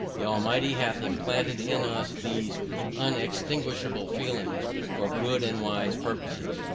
the almighty hath implanted in us these unextinguishable feelings for good and wise purposes.